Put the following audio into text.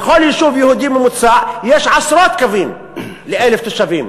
בכל יישוב יהודי ממוצע יש עשרות קווים ל-1,000 תושבים.